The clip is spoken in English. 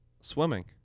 swimming